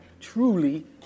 truly